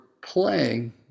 playing